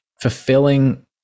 fulfilling